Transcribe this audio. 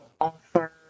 offer